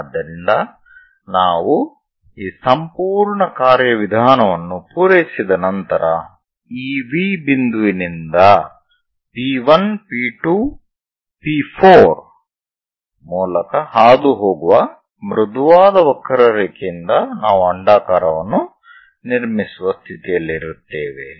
ಆದ್ದರಿಂದ ನಾವು ಈ ಸಂಪೂರ್ಣ ಕಾರ್ಯವಿಧಾನವನ್ನು ಪೂರೈಸಿದ ನಂತರ ಈ V ಬಿಂದುವಿನಿಂದ P1 P2 P 4 ಮೂಲಕ ಹಾದುಹೋಗುವ ಮೃದುವಾದ ವಕ್ರರೇಖೆಯಿಂದ ನಾವು ಅಂಡಾಕಾರವನ್ನು ನಿರ್ಮಿಸುವ ಸ್ಥಿತಿಯಲ್ಲಿರುತ್ತೇವೆ